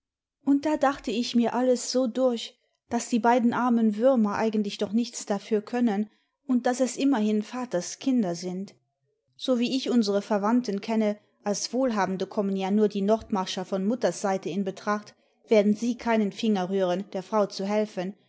und da dachte ich mir alles so durch daß die beiden armen würmer eigentlich doch nichts dafür können imd daß es immerhin vaters kinder sind so wie ich unsere verwandten kenne als wohlhabende kommen ja nur die nordmarscher von mutters seite in betracht werden sie keinen finger rühren der frau zu helfen